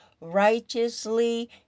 righteously